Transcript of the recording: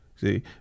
See